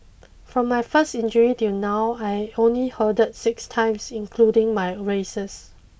from my first injury till now I only hurdled six times including my races